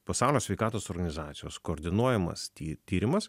pasaulio sveikatos organizacijos koordinuojamas ty tyrimas